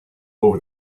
over